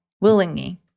willingly